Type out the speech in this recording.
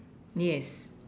yes